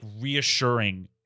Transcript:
reassuring